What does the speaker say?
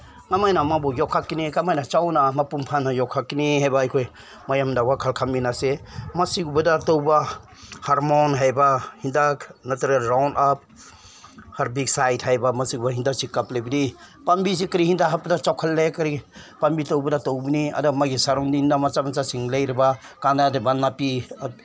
ꯀꯃꯥꯏꯅ ꯃꯥꯕꯨ ꯌꯣꯛꯈꯠꯀꯅꯤ ꯀꯃꯥꯏꯅ ꯃꯥꯕꯨ ꯆꯥꯎꯅ ꯃꯄꯨꯡ ꯐꯥꯅ ꯌꯣꯛꯈꯠꯀꯅꯤ ꯍꯥꯏꯕ ꯑꯩꯈꯣꯏ ꯃꯌꯥꯝꯗ ꯋꯥꯈꯜ ꯈꯟꯃꯤꯟꯅꯁꯦ ꯃꯁꯤꯕꯨ ꯍꯤꯗꯥꯛ ꯇꯧꯕ ꯍꯥꯔꯃꯣꯟ ꯍꯥꯏꯕ ꯍꯤꯗꯥꯛ ꯅꯠꯇ꯭ꯔꯒ ꯔꯥꯎꯟ ꯑꯞ ꯍꯔꯕꯤꯁꯥꯏꯠ ꯍꯥꯏꯕ ꯃꯁꯤꯒꯨꯝꯕ ꯍꯤꯗꯥꯛꯁꯤ ꯀꯥꯞꯂꯤꯕꯗꯤ ꯄꯥꯝꯕꯤꯁꯤ ꯀꯔꯤ ꯍꯤꯗꯥꯛ ꯍꯥꯞꯄꯗ ꯆꯥꯎꯈꯠꯂꯦ ꯀꯔꯤ ꯄꯥꯝꯕꯤ ꯇꯧꯕꯗ ꯇꯧꯕꯅꯤ ꯑꯗ ꯃꯥꯒꯤ ꯁꯔꯥꯎꯟꯗꯤꯡꯗ ꯃꯆꯥ ꯃꯆꯥꯁꯤꯡ ꯂꯩꯔꯕ ꯀꯥꯅꯗꯕ ꯅꯥꯄꯤ